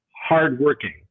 hardworking